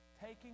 taking